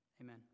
Amen